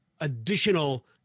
additional